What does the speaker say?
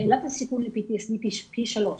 העלה את הסיכון להפרעה פוסט-טראומטית פי שלוש,